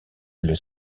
elle